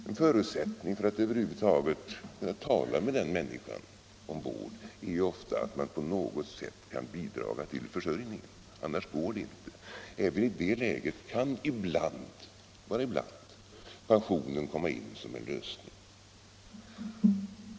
En förutsättning för att över huvud taget kunna tala med de människorna om vård är ju ofta att man på något sätt kan bidra till försörjningen. Annars går det inte. Även i det läget kan ibland — bara ibland —- pensionen komma in som en lösning.